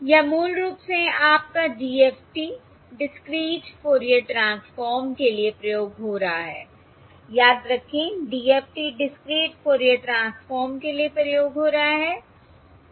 या मूल रूप से आपका DFT डिस्क्रीट फोरियर ट्रांसफॉर्म के लिए प्रयोग हो रहा है याद रखें DFT डिस्क्रीट फोरियर ट्रांसफॉर्म के लिए प्रयोग हो रहा है